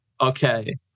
okay